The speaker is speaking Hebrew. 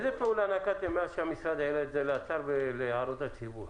איזה פעולות נקטתם מאז שהמשרד העלה את זה לאתר להערות הציבור?